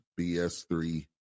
BS3